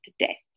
today